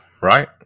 right